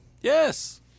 Yes